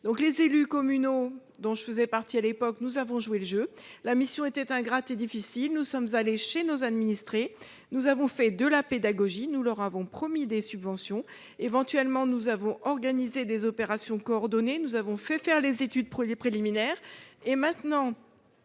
Les élus communaux, dont je faisais partie à l'époque, avaient joué le jeu. La mission était ingrate et difficile : nous sommes allés chez nos administrés, nous avons fait de la pédagogie, nous avons promis des subventions, nous avons organisé des opérations coordonnées, nous avons fait réaliser des études préalables ... Maintenant